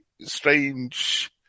strange